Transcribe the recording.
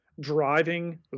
Driving